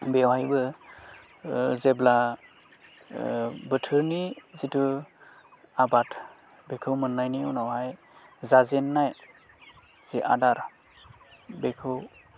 बेवहायबो जेब्ला बोथोरनि जिथु आबाद बेखौ मोन्नायनि उनावहाय जाजेननाय जे आदार बेखौ